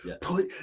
Put